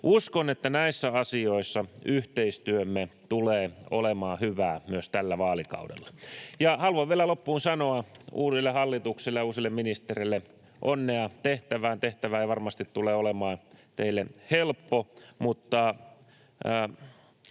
Uskon, että näissä asioissa yhteistyömme tulee olemaan hyvää myös tällä vaalikaudella. Haluan vielä loppuun sanoa uudelle hallitukselle ja uusille ministereille onnea tehtävään. Tehtävä ei varmasti tule olemaan teille helppo, mutta